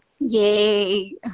Yay